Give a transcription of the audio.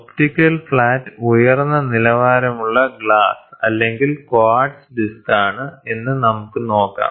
optical flat ഉയർന്ന നിലവാരമുള്ള glass അല്ലെങ്കിൽ ക്വാർട്സ് ഡിസ്കാണ് എന്ന് നമുക്ക് നോക്കാം